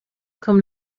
cum